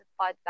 podcast